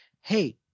hey